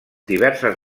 diverses